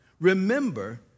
remember